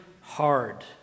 hard